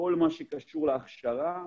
כל מה שקשור להכשרה,